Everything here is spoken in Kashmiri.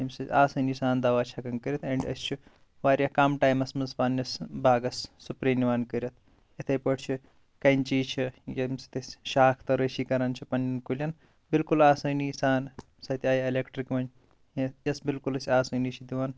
ییٚمہِ سۭتۍ آسٲنی سان دَوا چھِ ہیکان کٔرِتھ اینٛڈ أسۍ چھِ واریاہ کَم ٹایِمَس منٛز پَننِس باغَس سٕپرے نِوان کٔرِتھ یِتٕھے پٲٹھۍ چھِ کَنٛچی چھِ ییٚمہِ سۭتۍ أسۍ شاخ تَرٲشی کَران چھِ پَنٮ۪ن کُلٮ۪ن بِلکُل آسٲنی سان سۄ تہِ آے ایلٮ۪کٹِرٛک وۄنۍ یۄس بِاکُل اَسہِ آسٲنی چھِ دِوان